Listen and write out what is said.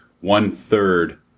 one-third